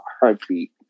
heartbeat